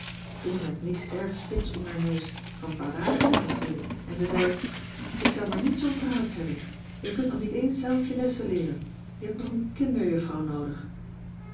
toen werd mies erg spits om haar neus van kwaadaardigheid natuurlijk en ze zei ik zou maar niet zoo'n praats hebben jij kunt nog niet eens zelf je lessen leeren jij hebt nog een kinderjuffrouw noodig